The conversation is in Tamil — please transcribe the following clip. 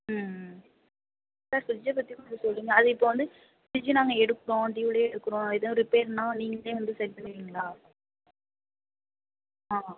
ம் ம் சார் ஃப்ரிட்ஜை பற்றி கொஞ்சம் சொல்கிறீங்களா அது இப்போது வந்து ஃப்ரிட்ஜு நாங்கள் எடுத்தோம் டியூலேயே எடுக்கிறோம் எதுவும் ரிப்பேர்னால் நீங்களே வந்து சரி பண்ணுவீங்களா ஆ